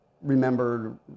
remember